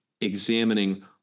examining